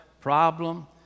problem